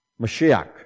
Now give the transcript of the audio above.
Mashiach